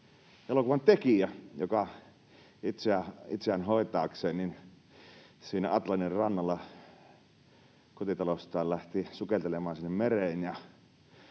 elokuvantekijä, joka itseään hoitaakseen Atlantin rannalla lähti kotitalostaan sukeltelemaan sinne